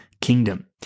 kingdom